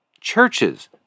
churches